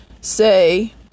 say